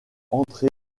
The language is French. entrer